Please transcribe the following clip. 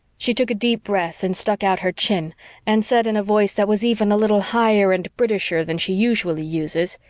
she took a deep breath and stuck out her chin and said in a voice that was even a little higher and britisher than she usually uses,